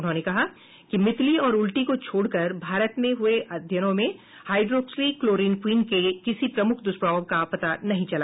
उन्होंने कहा कि मितली और उलटी को छोड़ कर भारत में हुए अध्ययनों में हाइड्रोक्सीक्लोरोक्वीन के किसी प्रमुख दुष्प्रभाव का पता नहीं चला